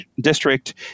district